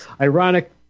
Ironic